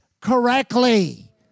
correctly